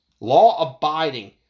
law-abiding